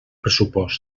pressupost